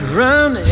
run